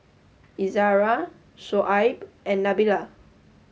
Izzara Shoaib and Nabila